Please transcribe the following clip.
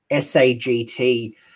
SAGT